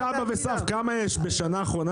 כמה רכבים חדשים נכנסו השנה?